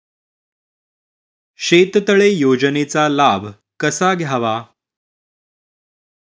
शेततळे योजनेचा लाभ कसा घ्यावा?